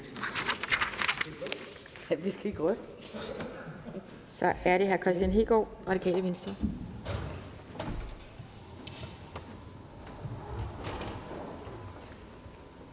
Så er det hr. Kristian Hegaard, Radikale Venstre.